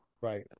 Right